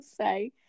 say